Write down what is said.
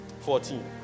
Fourteen